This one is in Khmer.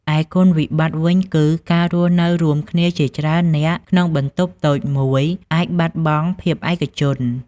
រីឯគុណវិបត្តិវិញគឺ ការរស់នៅរួមគ្នាជាច្រើននាក់ក្នុងបន្ទប់តូចមួយអាចបាត់បង់ភាពឯកជន ។